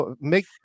make